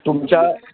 तुमच्या